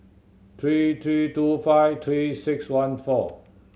three three two five Three Six One four